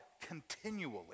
continually